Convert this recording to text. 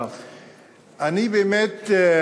כבוד היושב-ראש, כבוד השר, אני, באמת,